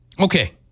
Okay